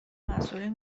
مسئولین